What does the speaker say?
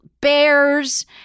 bears